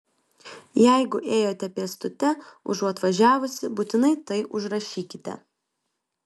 jeigu ėjote pėstute užuot važiavusi būtinai tai užrašykite